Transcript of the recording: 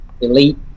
elite